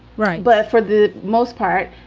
right. but for the most part,